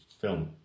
film